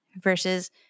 versus